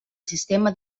sistema